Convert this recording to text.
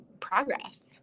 progress